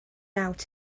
out